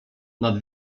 nad